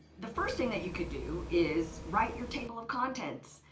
the first thing that you could do is write your table of contents,